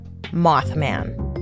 Mothman